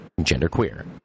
genderqueer